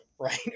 right